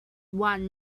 one